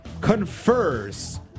confers